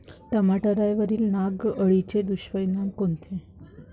टमाट्यावरील नाग अळीचे दुष्परिणाम कोनचे?